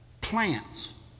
plants